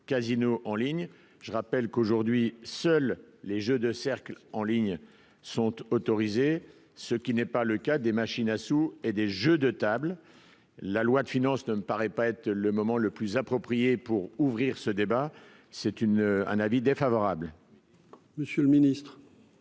casinos en ligne, je rappelle qu'aujourd'hui seuls les jeux de cercle en ligne sont autorisés, ce qui n'est pas le cas des machines à sous et des jeux de table, la loi de finances ne me paraît pas être le moment le plus approprié pour ouvrir ce débat c'est une un avis défavorable. Monsieur le Ministre.